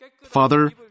Father